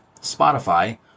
Spotify